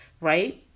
Right